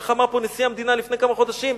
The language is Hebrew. איך אמר פה נשיא המדינה לפני כמה חודשים?